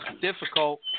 difficult